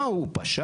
מה, הוא פשע?